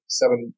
seven